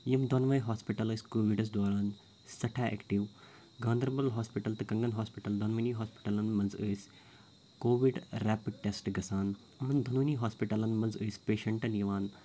یِم دۄنوٕے ہوسپِٹَل ٲسۍ کووِڈَس دوران سٮ۪ٹھاہ ایکٹِو گانٛدَربل ہوسپِٹَل تہٕ کَنٛگَن ہوسپِٹَل دۄنوٕنی ہوسپِٹَلَن منٛز ٲسۍ کووِڈ ریپِڈ ٹٮ۪سٹ گَژھان یِمن دۄنوٕنی ہوٚسپِٹَلَن منٛز ٲسۍ پیشَنٹَن یِوان